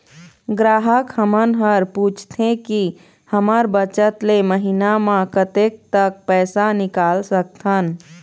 ग्राहक हमन हर पूछथें की हमर बचत ले महीना मा कतेक तक पैसा निकाल सकथन?